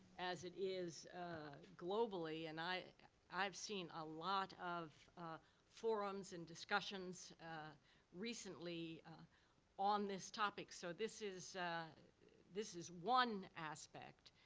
as it is ah globally, and i've seen a lot of forums and discussions recently on this topic, so this is this is one aspect,